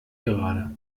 gerade